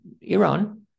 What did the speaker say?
Iran